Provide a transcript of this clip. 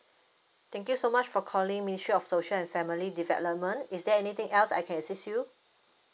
thank you so much for calling ministry of social and family development is there anything else I can assist you